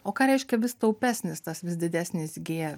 o ką reiškia vis taupesnis tas vis didesnis gie